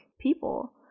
people